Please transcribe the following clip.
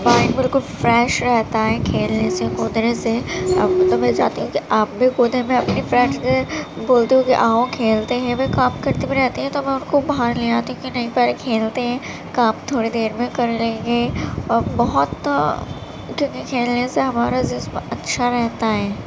mind بالکل fresh رہتا ہے کھیلنے سے کودنے سے اب تو میں چاہتی ہوں کہ آپ بھی کودیں میں اپنی فرینڈ سے بولتی ہوں كہ آؤ كھیلتے ہیں میں كام كرتی بھی رہتی ہوں تو میں ان کو باہر لے آتی کہ نہیں پہلے کھیلتے ہیں کام تھوڑی دیر میں کر لیں گے اور بہت کیونکہ کھیلنے سے ہمارا جسم اچھا رہتا ہے